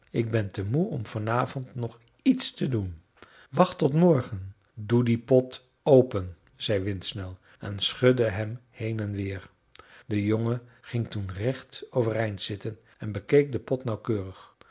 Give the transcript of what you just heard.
ik ben te moe om vanavond nog iets te doen wacht tot morgen doe dien pot open zei windsnel en schudde hem heen en weer de jongen ging toen recht overeind zitten en bekeek den pot nauwkeurig